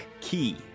Key